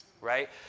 Right